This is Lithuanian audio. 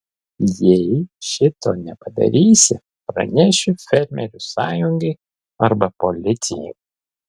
jei šito nepadarysi pranešiu fermerių sąjungai arba policijai